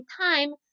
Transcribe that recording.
time